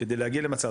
כדי להגיע למצב.